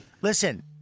listen